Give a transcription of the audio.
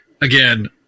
Again